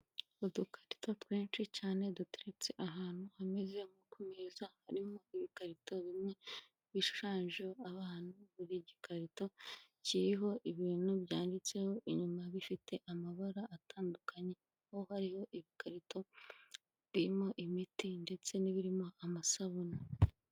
Udukarita twinshi cyane duteretse ahantu hameze nko ku meza harimo ibikarito bimwe bishushanyijeho abantu, buri gikarito kiriho ibintu byanditseho inyuma bifite amabara atandukanye. Aho hariho ibikarito birimo imiti ndetse n'ibiririmo amasabune.